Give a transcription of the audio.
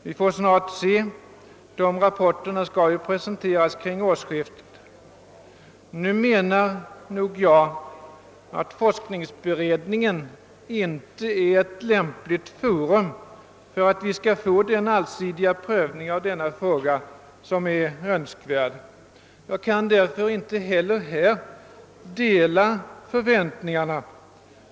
Vi får snart se, ty dessa rapporter skall presenteras kring kommande årsskifte. Forskningsberedningen är nog inte ett lämpligt forum för att vi skall få den allsidiga prövning av denna fråga som är Önskvärd. Jag kan därför inte heller på denna punkt dela utskottets förväntningar.